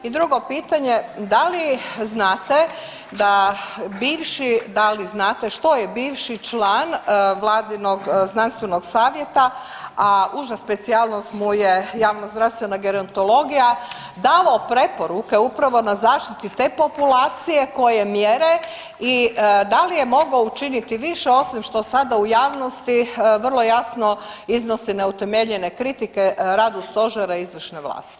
I drugo pitanje da li znate da bivši, da li znate što je bivši član vladinog znanstvenog savjeta a uža specijalnost mu je javno-zdravstvena gerontologija davao preporuke upravo na zaštiti te populacije, koje mjere i da li je mogao učiniti više osim što sada u javnosti vrlo jasno iznosi neutemeljene kritike radu Stožera i izvršne vlasti.